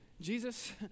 Jesus